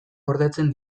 gordetzen